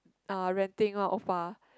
uh renting out oppa